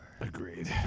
Agreed